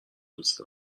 دوست